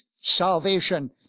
salvation